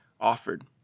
offered